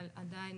אבל עדיין